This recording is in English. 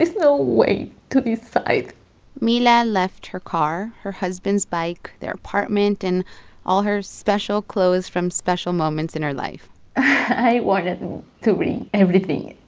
no way to decide mila left her car, her husband's bike, their apartment and all her special clothes from special moments in her life i wanted to bring everything,